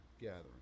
gathering